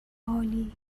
عالی